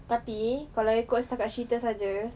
tetapi kalau ikut setakat cerita sahaja